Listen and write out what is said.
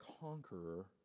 conqueror